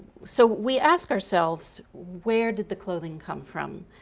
so we asked ourselves where did the clothing come from?